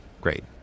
Great